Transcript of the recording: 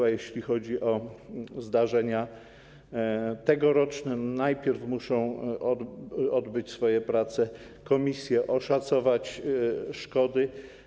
A jeśli chodzi o zdarzenia tegoroczne, najpierw muszą odbyć swoje prace komisje, oszacować szkody.